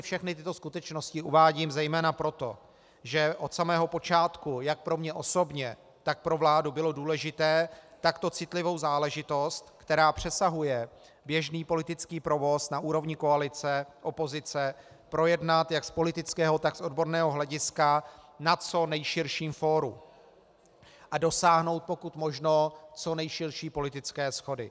Všechny tyto skutečnosti uvádím zejména proto, že od samého počátku jak pro mě osobně, tak pro vládu bylo důležité takto citlivou záležitost, která přesahuje běžný politický provoz na úrovni koaliceopozice, projednat jak z politického, tak z odborného hlediska na co nejširším fóru a dosáhnout pokud možno co nejširší politické shody.